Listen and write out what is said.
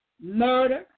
murder